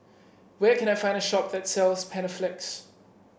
where can I find a shop that sells Panaflex